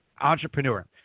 entrepreneur